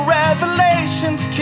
revelations